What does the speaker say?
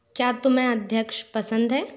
क्या तुम्हें अध्यक्ष पसंद है